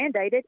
mandated